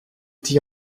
t’y